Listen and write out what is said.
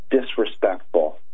disrespectful